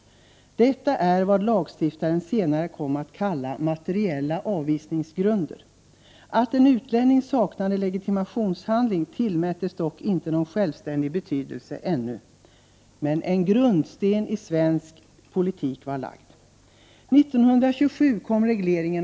Detta är vad lagstiftaren senare kom att kalla materiella avvisningsgrunder. Att en utlänning saknade legitimationshandling tillmättes dock ännu inte någon självständig betydelse. — En grundsten i svensk politik var dock lagd.